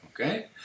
okay